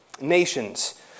nations